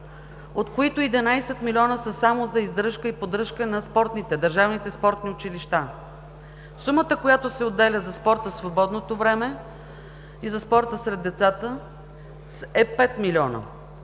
от които 11 милиона са само за издръжка и поддръжка на държавните спортни училища. Сумата, която се отделя за спорт в свободното време и за спорта сред децата, е пет милиона.